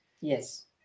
Yes